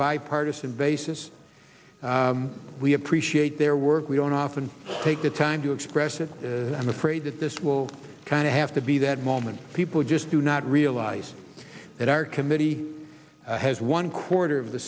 bipartisan basis we appreciate their work we don't often take the time to express it i'm afraid that this will kind of have to be that moment people just do not realize that our committee has one quarter of the